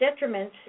detriments